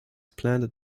planted